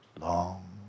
long